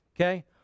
okay